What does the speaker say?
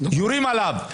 יורים עליו,